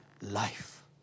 life